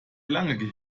lang